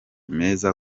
meza